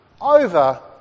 over